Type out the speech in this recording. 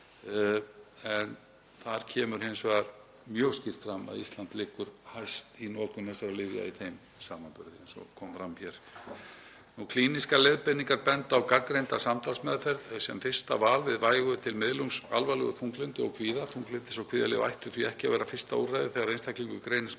Þar kemur hins vegar mjög skýrt fram að Ísland liggur hæst í notkun þessara lyfja í þeim samanburði, eins og kom fram hér. Klínískar leiðbeiningar benda á gagnreynda samtalsmeðferð sem fyrsta val við vægu til miðlungs alvarlegu þunglyndi og kvíða. Þunglyndis- og kvíðalyf ættu því ekki að vera fyrsta úrræði þegar einstaklingur greinist með